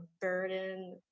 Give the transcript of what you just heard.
burden